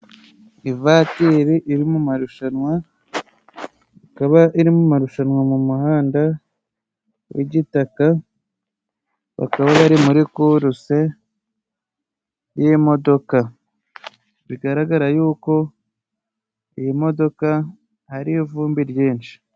Ivatiri iri mu marushanwa, ikaba iri mu marushanwa mu muhanda w'igitaka, bakaba bari muri kuruse y'imodoka. Bigaragara y'uko iyi modoka hariho ivumbi ryinshi.